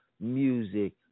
music